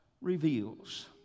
reveals